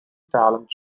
talent